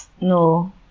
No